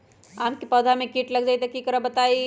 आम क पौधा म कीट लग जई त की करब बताई?